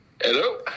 Hello